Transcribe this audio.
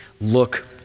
look